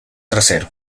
trasero